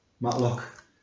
Matlock